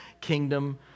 kingdom